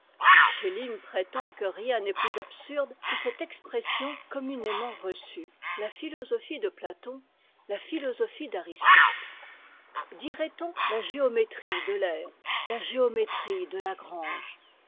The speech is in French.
schelling prétend que rien n'est plus absurde que cette expression com munément reçue la philosophie de platon la phi losophie d'aristote dirait-on la géométrie d'euler la géométrie de la grange